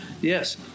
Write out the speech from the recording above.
Yes